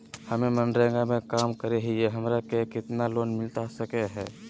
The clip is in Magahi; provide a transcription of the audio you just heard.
हमे मनरेगा में काम करे हियई, हमरा के कितना लोन मिलता सके हई?